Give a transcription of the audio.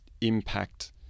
impact